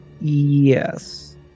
yes